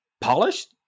polished